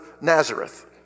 Nazareth